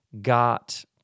got